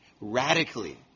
radically